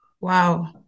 Wow